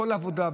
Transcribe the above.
בכל עבודה,